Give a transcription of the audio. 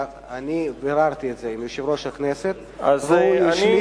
אני ביררתי את זה עם יושב-ראש הכנסת, והוא אישר.